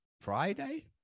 Friday